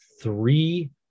three